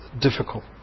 difficult